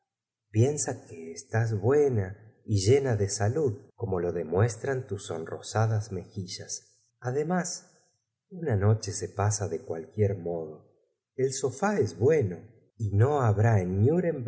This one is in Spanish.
piensa que estás buena y lleqa de salud como lo demuestran tus sonrosadas mejilas además una noche se pasa de cu j lr uier modo el sofá es bueno y no habrá